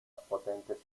potentes